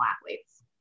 athletes